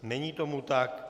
Není tomu tak.